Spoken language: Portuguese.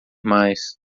mais